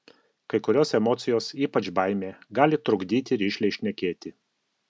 kai kurios emocijos ypač baimė gali trukdyti rišliai šnekėti